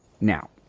Now